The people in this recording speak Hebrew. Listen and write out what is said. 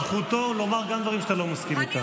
זכותו לומר גם דברים שאתה לא מסכים איתם.